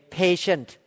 patient